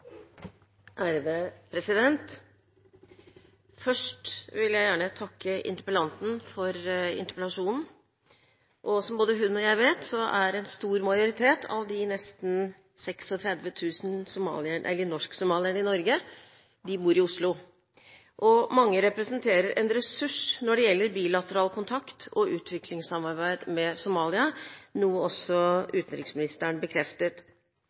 Først vil jeg gjerne takke interpellanten for interpellasjonen. Som både hun og jeg vet, bor en stor majoritet av de nesten 36 000 norsksomalierne i Norge i Oslo. Mange representerer en ressurs når det gjelder bilateral kontakt og utviklingssamarbeid med Somalia, noe også utenriksministeren bekreftet.